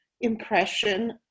impression